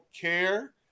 care